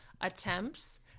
attempts